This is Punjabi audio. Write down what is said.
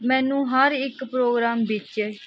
ਮੈਨੂੰ ਹਰ ਇੱਕ ਪ੍ਰੋਗਰਾਮ ਵਿੱਚ